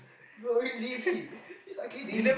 no really he's not kidding